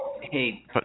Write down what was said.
hey